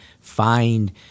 find